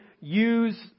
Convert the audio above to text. use